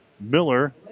Miller